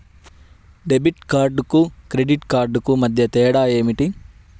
Debit కార్డుకు credit కార్డుకు మధ్య తేడా ఏమిటీ?